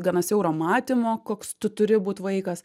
gana siauro matymo koks tu turi būt vaikas